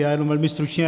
Já jenom velmi stručně.